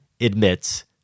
admits